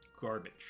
garbage